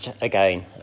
again